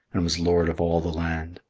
and was lord of all the land.